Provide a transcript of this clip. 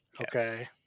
Okay